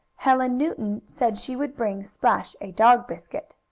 helen newton said she would bring splash a dog-biscuit.